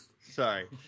Sorry